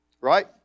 right